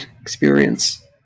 experience